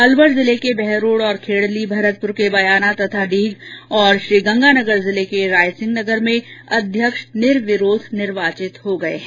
अलवर जिले के बहरोड़ तथा खेडली भरतपुर के बयाना तथा डीग और गंगानगर जिले के रायसिंहनगर में अध्यक्ष निर्विरोध निर्वाचित हो गये हैं